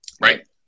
Right